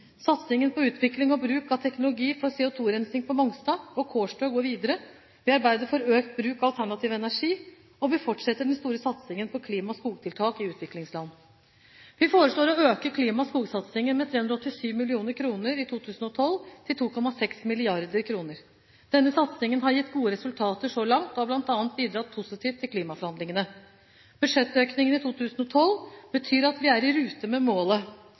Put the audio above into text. Satsingen på utvikling og bruk av teknologi for CO2-rensing på Mongstad og Kårstø går videre, vi arbeider for økt bruk av alternativ energi, og vi fortsetter den store satsingen på klima- og skogtiltak i utviklingsland. Vi foreslår å øke klima- og skogsatsingen med 387 mill. kr i 2012, til 2,6 mrd. kr. Denne satsingen har gitt gode resultater så langt og har bl.a. bidratt positivt i klimaforhandlingene. Budsjettøkningen i 2012 betyr at vi er i rute med målet.